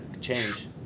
change